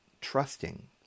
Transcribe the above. trusting